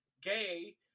gay